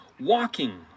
walking